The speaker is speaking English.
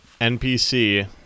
NPC